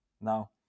now